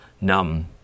numb